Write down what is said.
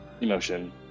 emotion